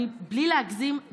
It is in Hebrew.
בלי להגזים,